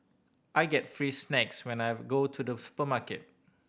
I get free snacks whenever go to the supermarket